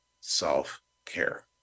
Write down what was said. self-care